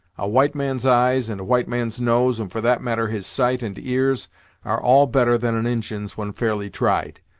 a white man's eyes, and a white man's nose, and for that matter his sight and ears are all better than an injin's when fairly tried.